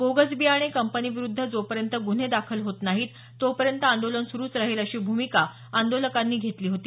bogus बियाणे कंपनीविरूद्ध जोपर्यंत गुन्हे दाखल होत नाहीत तोपर्यंत आंदोलन सुरूच राहील अशी भूमिका आंदोलकांनी घेतली होती